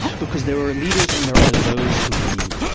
because there are leaders and there are those who lead.